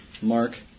Mark